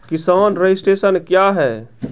किसान रजिस्ट्रेशन क्या हैं?